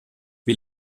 wie